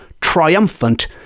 triumphant